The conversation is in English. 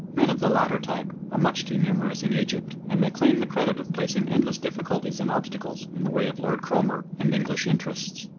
men of the latter type are much too numerous in egypt, and may claim the credit of placing endless difficulties and obstacles in the way of lord cromer and english interests.